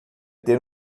ter